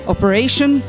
Operation